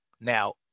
Now